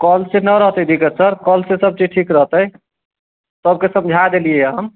कल सेना रहतै दिक्कत सर कल से ठीक रहतै सबके समझाय देलियै हम